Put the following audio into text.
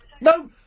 No